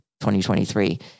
2023